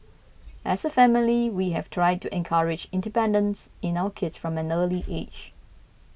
as a family we have tried to encourage independence in our kids from an early age